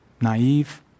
Naive